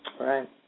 right